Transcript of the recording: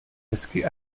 hezky